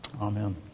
Amen